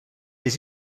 des